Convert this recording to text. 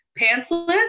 pantsless